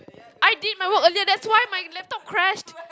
I did my work earlier that's why my laptop crashed